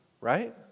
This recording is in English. right